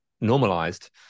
normalized